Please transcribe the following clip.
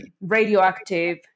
radioactive